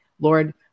Lord